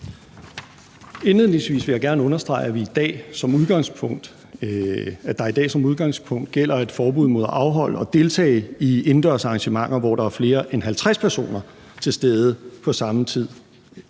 Indledningsvis vil jeg gerne understrege, at der i dag som udgangspunkt gælder et forbud mod at afholde og deltage i indendørs arrangementer, hvor der er flere end 50 personer til stede på samme tid.